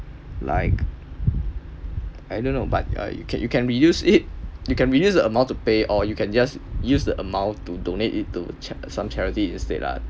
like I don't know but uh you can you can reduce it you can reduce the amount to pay or you can just use the amount to donate it to cha~ some charity instead lah